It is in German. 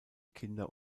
kinder